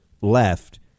left